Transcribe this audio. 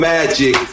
Magic